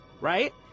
right